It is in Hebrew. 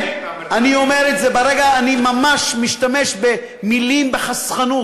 אני ממש משתמש במילים בחסכנות,